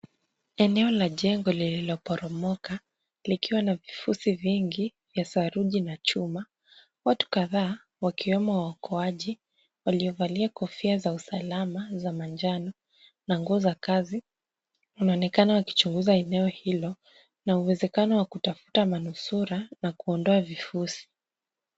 Eneo la jengo lililoporomoka likiwa na vifusi vingi ya saruji na chuma. Watu kadhaa wakiwemo waokoaji waliovalia kofia za usalama za manjano na nguo za kazi, wanaonekana wakichunguza eneo hilo na uwezekano wa kutafuta manusura na kuondoa vifusi.